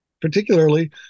particularly